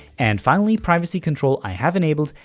and finally, privacy control i have enabled,